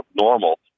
normal